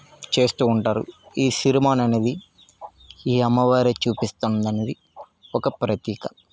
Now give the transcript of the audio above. చేస్తూ ఉంటారు ఈ సిరిమాను అనేది ఈ అమ్మవారే చూపిస్తుంది అన్నది ఒక ప్రతీక